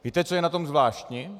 Víte, co je na tom zvláštní?